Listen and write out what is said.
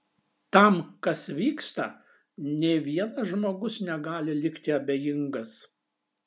tam kas vyksta nė vienas žmogus negali likti abejingas